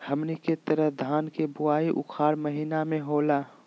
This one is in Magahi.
हमनी के तरफ धान के बुवाई उखाड़ महीना में होला